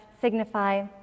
signify